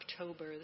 October